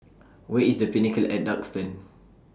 Where IS The Pinnacle At Duxton